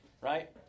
right